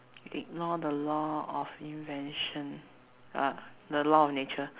ignore the law of invention uh the law of nature